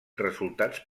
resultats